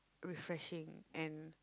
refreshing and